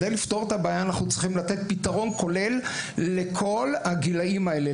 כדי לפתור את הבעיה אנחנו צריכים לתת פתרון כולל לכל הגילאים האלה,